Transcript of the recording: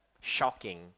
shocking